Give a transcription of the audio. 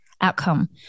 outcome